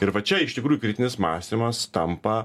ir va čia iš tikrųjų kritinis mąstymas tampa